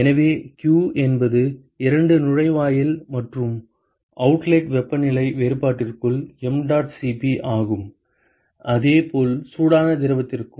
எனவே q என்பது இரண்டு நுழைவாயில் மற்றும் அவுட்லெட் வெப்பநிலை வேறுபாட்டிற்குள் mdot Cp ஆகும் அதே போல் சூடான திரவத்திற்கும்